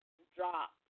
drop